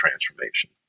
transformation